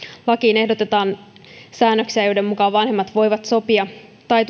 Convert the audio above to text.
lakiin ehdotetaan säännöksiä joiden mukaan vanhemmat voivat sopia tai